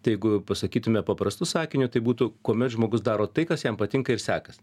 tai jeigu pasakytume paprastu sakiniu tai būtų kuomet žmogus daro tai kas jam patinka ir sekas